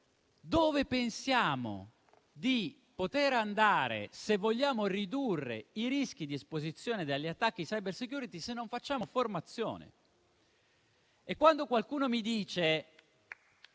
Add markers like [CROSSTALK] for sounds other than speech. dove pensiamo di poter andare, se vogliamo ridurre i rischi di esposizione agli attacchi *cyber* se non facciamo formazione. [APPLAUSE] Quando qualcuno mi dice